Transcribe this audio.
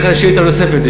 תהיה לך שאילתה נוספת,